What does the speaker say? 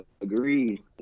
Agreed